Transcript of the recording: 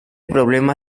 problema